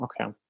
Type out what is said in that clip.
Okay